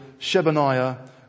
Shebaniah